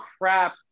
crap